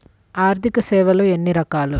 ఆర్థిక సేవలు ఎన్ని రకాలు?